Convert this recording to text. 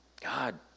God